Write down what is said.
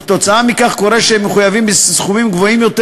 וכתוצאה מכך קורה שהם מחויבים בסכומים גבוהים יותר